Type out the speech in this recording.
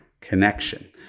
connection